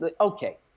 Okay